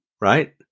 right